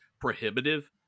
prohibitive